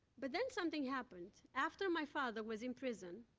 but then, something happened. after my father was imprisoned.